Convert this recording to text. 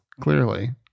Clearly